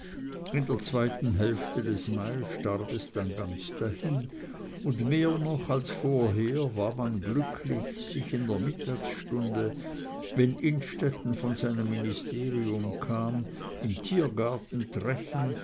in der zweiten hälfte des mai starb es dann ganz hin und mehr noch als vorher war man glücklich sich in der mittagsstunde wenn innstetten von seinem ministerium kam im tiergarten treffen